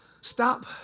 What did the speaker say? Stop